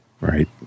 Right